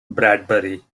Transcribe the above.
bradbury